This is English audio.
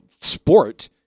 sport